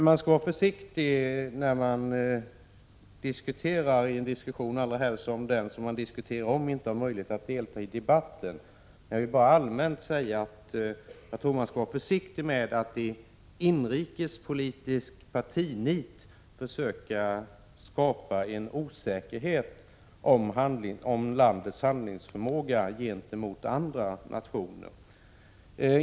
Den person som har föranlett min fråga har inte möjlighet att delta i denna debatt, men jag vill allmänt säga att man skall vara försiktig med att i inrikespolitiskt partinit försöka skapa osäkerhet om landets handlingsförmåga gentemot andra nationer.